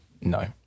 no